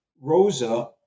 Rosa